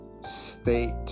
state